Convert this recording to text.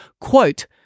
quote